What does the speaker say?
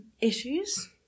issues